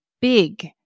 big